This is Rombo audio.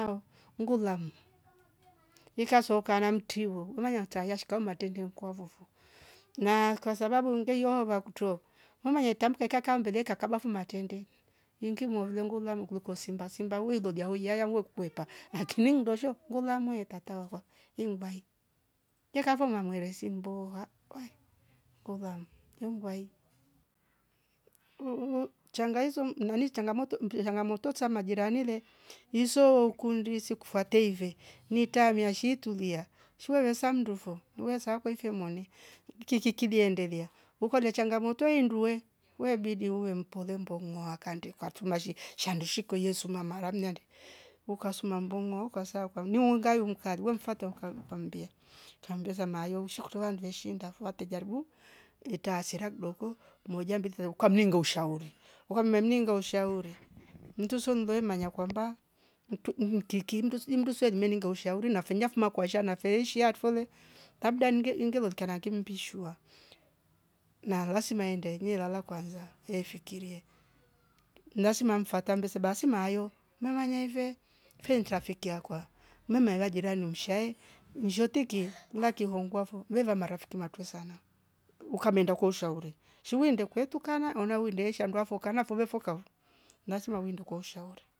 Kao mngulam nikasoka na mtivo umaya tayshika uma tetendi nkwa vofo na kwasababu ngei yowawa kwa kuto mama ye tamka ikaka mbele kakaba fuma tende ingi molo ringiula likuloko simba simba wi lolia we kukwepa akili ndosho ngulamwe tata wava ingbai yekava mamwere si mboha we kolam yengwai changaizo mnani changamoto mpya changamoto za majirani le inso kundi si kufatieve ni tamia shi tulia shiwa ve msandufo luwe saikwe moni kiki kidiendelia ukole changamoto indu we webidi uwe mpole mbongwa akandi katu mashi shande shiko yesu mamara mnyande ukasuma mbungo ukasakwa ni wongai we mfuata ukam pambia kambia samoyo usho kutova nduwe shinda fo hate jarabi eta asira kidoko moja mbili tatu ukamni ngaushari ukamnia mni ngaushari mndu somle manya kwamba mtu mhh kiki mndu suju mndweseli meninga ushauri na finya fuma kwasha na feishi atu fole labda nge- ngerolkana akimbishwa na lazima aende nyelala efikirie lazima mfatambe sebasi mayo mama nyaive fenkia feke yakwa mama we jirani humshae nshotiki lakihongwa vo veva marafiki matuwe sana ukamenda kwa shauri, shiwi nde kwekutakana ona wile shandua fokana fove foka oo lazima windo kwa shauri